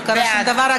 לא קרה שום דבר.